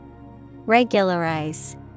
Regularize